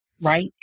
right